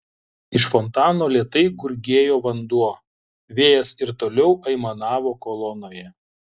iš fontano lėtai gurgėjo vanduo vėjas ir toliau aimanavo kolonoje